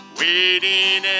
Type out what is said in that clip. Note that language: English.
waiting